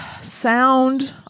Sound